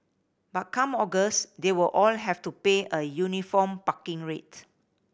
but come August they will all have to pay a uniform parking rate